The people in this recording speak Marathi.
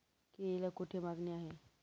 केळीला कोठे मागणी आहे?